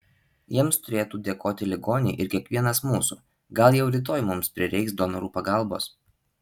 jiems turėtų dėkoti ligoniai ir kiekvienas mūsų gal jau rytoj mums prireiks donorų pagalbos